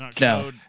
no